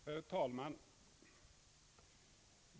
Herr talman!